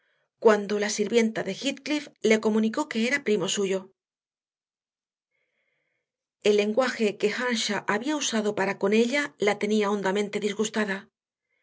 cuando la sirvienta de heathcliff le comunicó que era primo suyo el lenguaje que earnshaw había usado para con ella la tenía hondamente disgustada